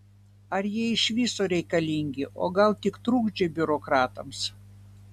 ar jie iš viso reikalingi o gal tik trukdžiai biurokratams